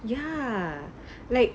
ya like